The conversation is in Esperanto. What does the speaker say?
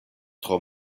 tro